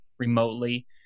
Remotely